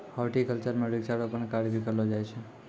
horticulture म वृक्षारोपण कार्य भी करलो जाय छै